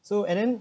so and then